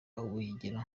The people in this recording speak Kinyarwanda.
ubugira